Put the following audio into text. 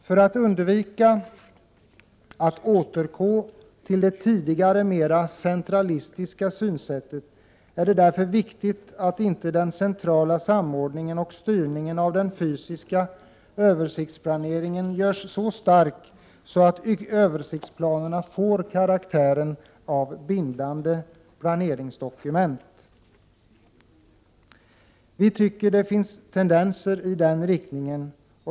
För att undvika återgång till det tidigare mera centralistiska synsättet är det viktigt att inte den centrala samordningen och styrningen av den fysiska översiktsplaneringen görs så stark att översiktsplanerna får karaktären av bindande planeringsdokument för detaljplaneringen. Vi tycker att det finns tendenser i den riktningen.